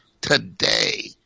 today